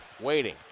waiting